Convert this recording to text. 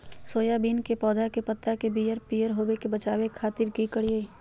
Soybean के पौधा के पत्ता के पियर होबे से बचावे खातिर की करिअई?